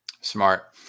Smart